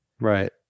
Right